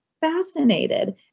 fascinated